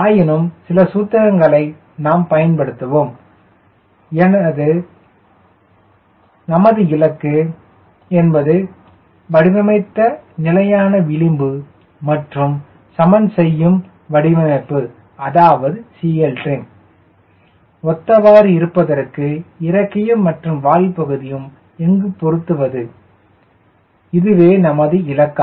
ஆயினும் சில சூத்திரங்களை நாம் பயன்படுத்துவோம் எனது நமது இலக்கு என்பது வடிவமைத்த நிலையான விளிம்பு மற்றும் சமன் செய்யும் வடிவமைப்பு அதாவது CLtrim ஒத்தவாறு இருப்பதற்கு இறக்கையும் மற்றும் வால் பகுதியும் எங்கு பொருத்துவது இதுவே நமது இலக்கு